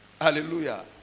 Hallelujah